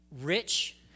rich